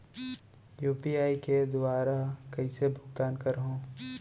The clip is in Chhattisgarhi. यू.पी.आई के दुवारा कइसे भुगतान करहों?